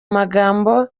magambo